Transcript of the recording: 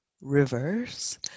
reverse